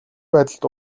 байдалд